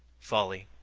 folly,